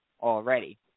already